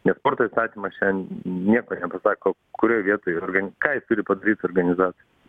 nes sporto įstatymas šian nieko nepasako kurioj vietoj yra organ ką jis turi padaryt organizat